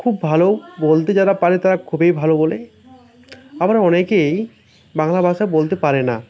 খুব ভালো বলতে যারা পারে তারা খুবই ভালো বলে আবার অনেকেই বাংলা ভাষা বলতে পারে না